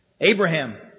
Abraham